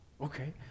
okay